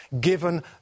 given